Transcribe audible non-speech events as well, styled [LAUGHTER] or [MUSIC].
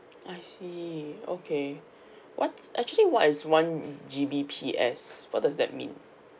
I see okay [BREATH] what's actually what is one G_B_P_S what does that mean